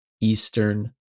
Eastern